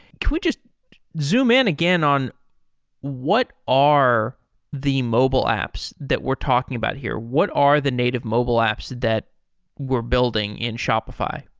could we just zoom-in again on what are the mobile apps that we're talking about here? what are the native mobile apps that we're building in shopify?